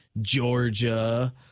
Georgia